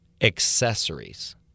accessories